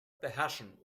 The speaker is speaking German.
beherrschen